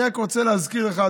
אני רק רוצה להזכיר לך,